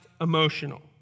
emotional